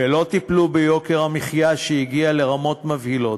ולא טיפלו ביוקר המחיה, שהגיע לרמות מבהילות.